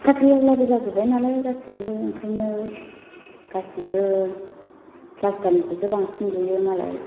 साख्रिआवलाबो जाजोबबाय नालाय गासैबो ओंखायनो गासिबो फ्लासथारनिखौसो बांसिन लुयो मालाय